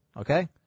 Okay